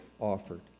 offered